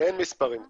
אין מספרים כאלה.